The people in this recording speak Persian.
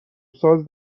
ساز